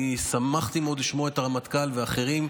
אני שמחתי מאוד לשמוע את הרמטכ"ל ואחרים,